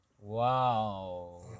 Wow